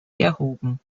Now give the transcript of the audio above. erhoben